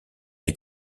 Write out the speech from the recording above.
les